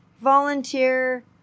volunteer